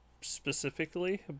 specifically